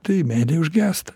tai meilė užgęsta